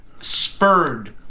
spurred